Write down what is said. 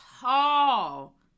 tall